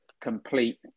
complete